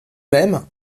même